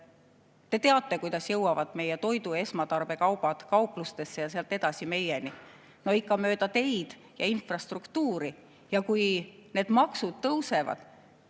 te teate, kuidas jõuavad meie toidu‑ ja esmatarbekaubad kauplustesse ja sealt edasi meieni? No ikka mööda teid ja infrastruktuuri. Kui [teekasutus]maksud tõusevad,